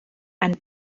and